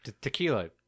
Tequila